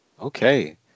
okay